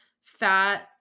fat